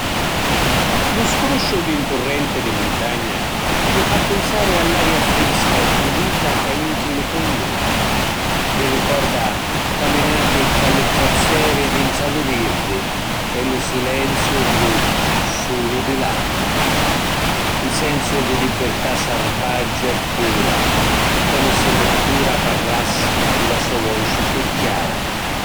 Lu scrusciu di ‘n turrenti di muntagna mi fa pinsari all’aria frisca e pulita ca jinchi li pulmuni; mi ricorda caminati tra li trazzeri dintra lu virdi e lu silenziu ruttu sulu di l’acqua. ‘N sensu di libirtà sarbaggia e pura. Comu si la natura parrassi cu la so vuci chiù chiara.